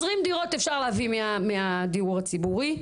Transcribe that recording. אפשר להביא 20 דירות מהדיור הציבורי.